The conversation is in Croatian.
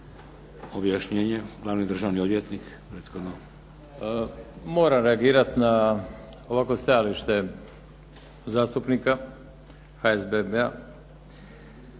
Objašnjenje, glavni državni odvjetnik. **Bajić, Mladen** Moram reagirati na ovakvo stajalište zastupnika HSBB-a.